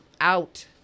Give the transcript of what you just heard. out